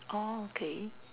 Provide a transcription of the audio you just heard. orh okay